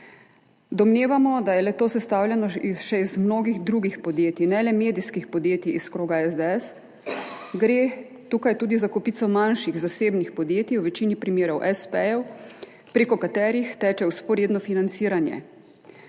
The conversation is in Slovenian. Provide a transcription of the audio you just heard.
Domnevamo, da je le-to sestavljeno še iz mnogih drugih podjetij, ne le medijskih podjetij iz kroga SDS, tukaj gre tudi za kopico manjših zasebnih podjetij, v večini primerov espejev, prek katerih teče vzporedno financiranje.